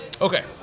Okay